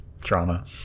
drama